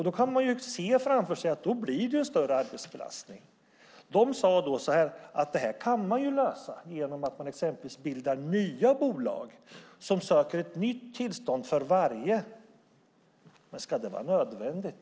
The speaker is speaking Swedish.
Då förstår man att det blir en större arbetsbelastning. De sade till oss att detta kan lösas genom att man bildar nya bolag för varje nytt tillstånd man söker. Men ska det vara nödvändigt?